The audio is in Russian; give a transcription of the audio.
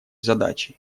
задачей